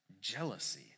Jealousy